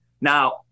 Now